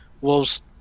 Wolves